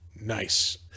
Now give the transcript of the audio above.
nice